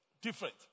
Different